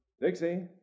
Dixie